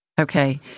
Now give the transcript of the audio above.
Okay